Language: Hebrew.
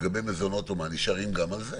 לגבי מזונות נשארים גם על זה.